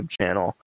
channel